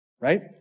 Right